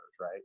right